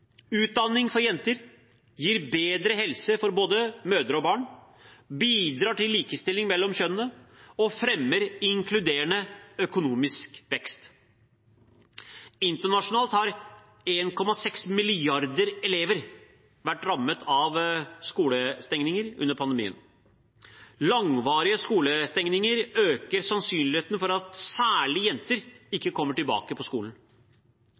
Utdanning for jenter gir bedre helse for både mødre og barn, bidrar til likestilling mellom kjønnene og fremmer inkluderende økonomisk vekst. Internasjonalt har 1,6 milliarder elever vært rammet av skolestengninger under pandemien. Langvarige skolestengninger øker sannsynligheten for at særlig jenter ikke kommer tilbake på skolen.